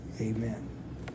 Amen